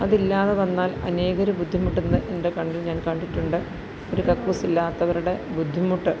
അതില്ലാതെ വന്നാൽ അനേകർ ബുദ്ധിമുട്ടുന്നത് എൻ്റെ കണ്ണിൽ ഞാൻ കണ്ടിട്ടുണ്ട് ഒരു കക്കൂസില്ലാത്തവരുടെ ബുദ്ധിമുട്ട്